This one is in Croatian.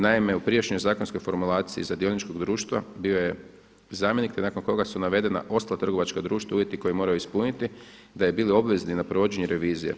Naime, u prijašnjoj zakonskoj formulaciji za dioničkog društva bio je zamjenik nakon koga su navedena ostala trgovačka društva i uvjeti koje mora ispuniti i da bi bili obvezni na provođenje revizije.